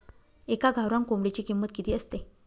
एका गावरान कोंबडीची किंमत किती असते?